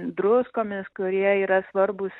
druskomis kurie yra svarbūs